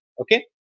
Okay